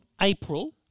April